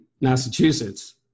Massachusetts